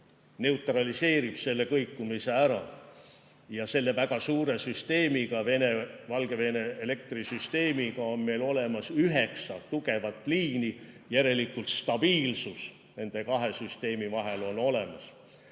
neutraliseerib selle kõikumise ära. Ja selle väga suure süsteemiga, Vene-Valgevene elektrisüsteemiga, on meil olemas üheksa tugevat liini. Järelikult stabiilsus nende kahe süsteemi vahel on olemas. Nüüd